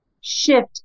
shift